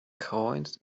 coins